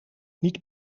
niet